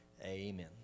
Amen